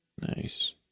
Nice